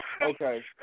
Okay